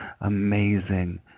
amazing